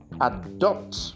adopt